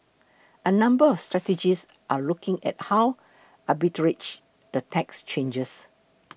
a number of strategists are looking at how arbitrage the tax changes